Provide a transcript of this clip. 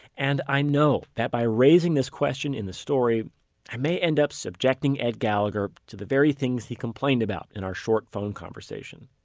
and i know that by raising this question in the story i may end up subjecting ed gallagher to the very things he complained about in our short phone conversation.